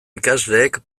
ikasleek